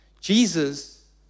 Jesus